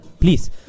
please